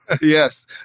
yes